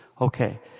Okay